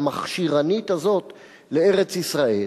המכשירנית הזאת לארץ-ישראל,